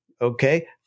okay